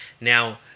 now